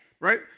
Right